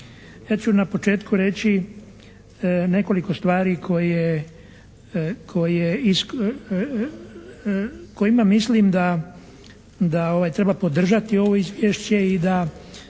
Ja ću na početku reći nekoliko stvari kojima mislim da treba podržati ovo izvješće i da